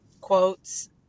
quotes